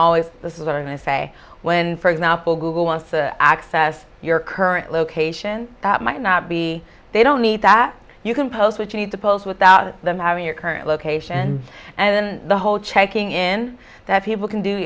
always this is what i say when for example google wants to access your current location that might not be they don't need that you can post what you need to post without them having your current location and then the whole checking in that people can do